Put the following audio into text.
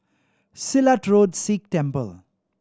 Silat Road Sikh Temple